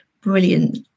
brilliant